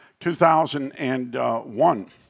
2001